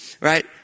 Right